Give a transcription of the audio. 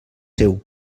seu